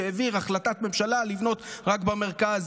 שהעביר החלטת ממשלה לבנות רק במרכז,